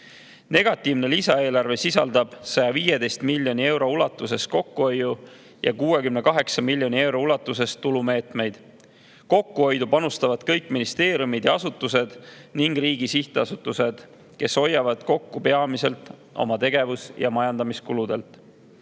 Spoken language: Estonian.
Negatiivne lisaeelarve sisaldab 115 miljoni euro ulatuses kokkuhoiu- ja 68 miljoni euro ulatuses tulumeetmeid. Kokkuhoidu panustavad kõik ministeeriumid ja asutused ning riigi sihtasutused, kes hoiavad kokku peamiselt oma tegevus- ja majandamiskuludelt.